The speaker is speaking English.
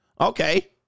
Okay